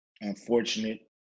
unfortunate